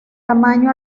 tamaño